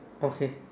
okay